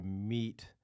meet